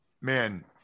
man